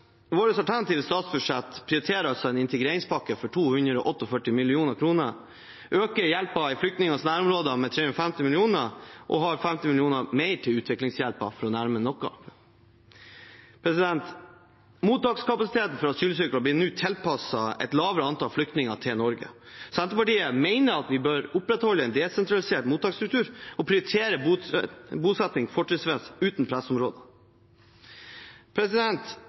vårt alternative statsbudsjett prioriteres en integreringspakke på 248 mill. kr, økt hjelp i flyktningers nærområder med 350 mill. kr og 50 mill. kr mer til utviklingshjelp – for å nevne noe. Mottakskapasiteten for asylsøkere blir nå tilpasset et lavere antall flyktninger til Norge. Senterpartiet mener at vi bør opprettholde en desentralisert mottaksstruktur og prioritere bosetting